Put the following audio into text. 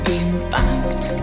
impact